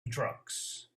drugs